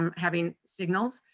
um having signals.